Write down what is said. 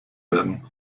werden